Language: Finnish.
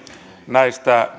näistä